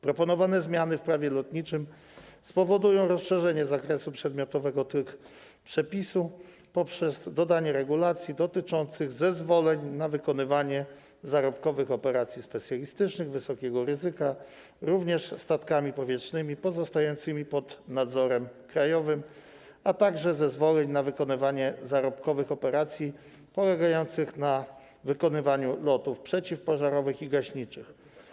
Proponowane zmiany w Prawie lotniczym spowodują rozszerzenie zakresu przedmiotowego tych przepisów poprzez dodanie regulacji dotyczących zezwoleń na wykonywanie zarobkowych operacji specjalistycznych wysokiego ryzyka również statkami powietrznymi pozostającymi pod nadzorem krajowym, a także zezwoleń na wykonywanie zarobkowych operacji polegających na wykonywaniu lotów przeciwpożarowych i gaśniczych.